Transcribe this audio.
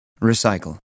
Recycle